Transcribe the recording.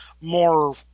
more